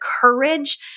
courage